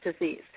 disease